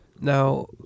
Now